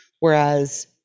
Whereas